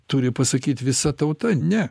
turi pasakyti visa tauta ne